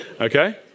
Okay